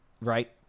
right